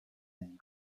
and